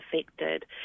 affected